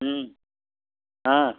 हाँ